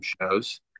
shows